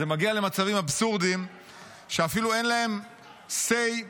זה מגיע למצבים אבסורדיים שאפילו אין להם say,